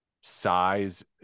size